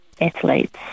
athletes